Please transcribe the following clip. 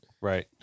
Right